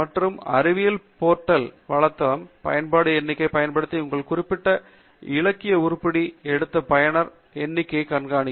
மற்றும் அறிவியல் போர்டல் வலைத்தளம் பயன்பாடு எண்ணிக்கை பயன்படுத்தி உங்கள் குறிப்பிட்ட இலக்கிய உருப்படி எடுத்த பயனர்கள் எண்ணிக்கை கண்காணிக்கும்